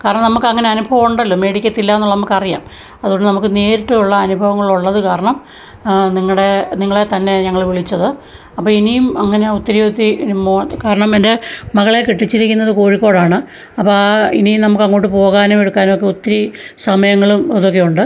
കാരണം നമുക്ക് അങ്ങനെ അനുഭവമുണ്ടല്ലോ മേടിക്കത്തില്ല എന്നുള്ളത് നമുക്ക് അറിയാം അത് കൊണ്ട് നമുക്ക് നേരിട്ടുള്ള അനുഭവങ്ങൾ ഉള്ളത് കാരണം നിങ്ങളുടെ നിങ്ങളെ തന്നെ ഞങ്ങൾ വിളിച്ചത് അപ്പോൾ ഇനിയും അങ്ങനെ ഒത്തിരി ഒത്തിരി കാരണം എൻ്റെ മകളെ കെട്ടിച്ചിരിക്കുന്നത് കോഴിക്കോടാണ് അപ്പം ഇനിയും നമുക്ക് അങ്ങോട്ട് പോകാനും എടുക്കാനുമൊക്കെ ഒത്തിരി സമയങ്ങളും അതൊക്കെയുണ്ട്